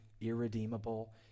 irredeemable